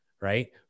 right